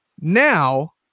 now